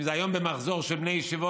אם זה היום במחזור של בני ישיבות,